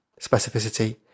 specificity